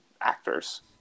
actors